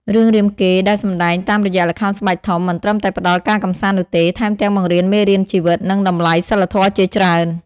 រឿងរាមកេរ្តិ៍ដែលសម្ដែងតាមរយៈល្ខោនស្បែកធំ មិនត្រឹមតែផ្ដល់ការកម្សាន្តនោះទេ ថែមទាំងបង្រៀនមេរៀនជីវិត និងតម្លៃសីលធម៌ជាច្រើន ។